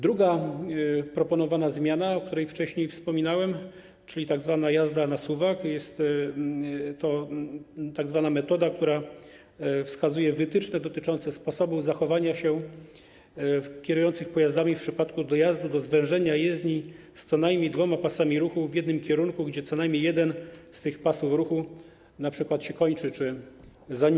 Druga proponowana zmiana, o której wcześniej wspominałem, czyli tzw. jazda na suwak, to jest tzw. metoda, która wskazuje wytyczne dotyczące sposobów zachowania się kierujących pojazdami w przypadku dojazdu do zwężenia jezdni z co najmniej dwoma pasami ruchu w jednym kierunku, gdzie co najmniej jeden z tych pasów ruchu np. się kończy, zanika.